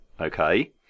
okay